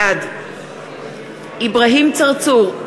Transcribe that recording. בעד אברהים צרצור,